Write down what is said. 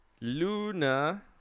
Luna